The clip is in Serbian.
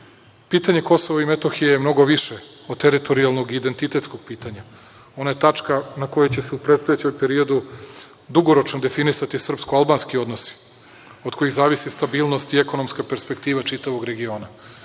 Kosova i Metohije je mnogo više od teritorijalnog identitetskog pitanja. Ono je tačka na kojoj će se u predstojećem periodu dugoročno definisati srpsko-albanski odnosi od kojih zavisi stabilnost i ekonomska perspektiva čitavog regiona. Naš